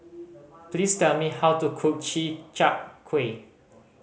please tell me how to cook chi chak kuih